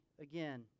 again